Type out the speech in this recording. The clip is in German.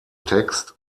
text